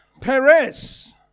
Perez